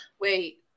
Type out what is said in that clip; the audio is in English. Wait